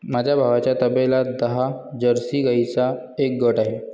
माझ्या भावाच्या तबेल्यात दहा जर्सी गाईंचा एक गट आहे